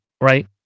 right